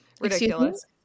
ridiculous